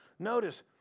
Notice